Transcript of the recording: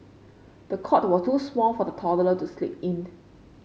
the cot was too small for the toddler to sleep in